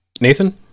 Nathan